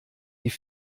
die